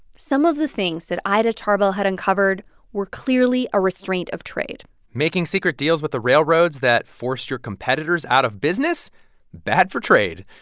some of the things that ida tarbell had uncovered were clearly a restraint of trade making secret deals with the railroads that forced your competitors out of business bad for trade.